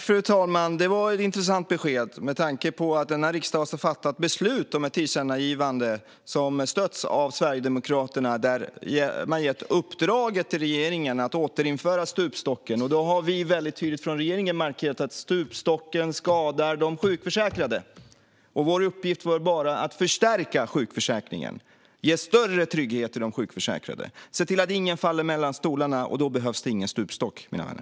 Fru talman! Det var ett intressant besked med tanke på att denna riksdag har fattat beslut om ett tillkännagivande, som stötts av Sverigedemokraterna, med uppdraget till regeringen att återinföra stupstocken. Regeringen har väldigt tydligt markerat att stupstocken skadar de sjukförsäkrade. Vår uppgift är att förstärka sjukförsäkringen, att ge större trygghet till de sjukförsäkrade och se till att ingen faller mellan stolarna. Då behövs ingen stupstock, mina vänner.